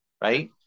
right